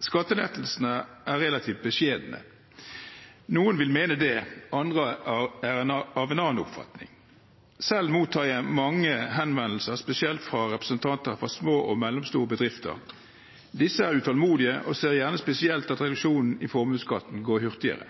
Skattelettelsene er relativt beskjedne. Noen vil mene det, andre er av en annen oppfatning. Selv mottar jeg mange henvendelser, spesielt fra representanter fra små og mellomstore bedrifter. Disse er utålmodige og ser gjerne spesielt at reduksjonen i formuesskatten går hurtigere.